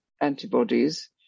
antibodies